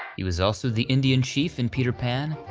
he was also the indian chief in peter pan,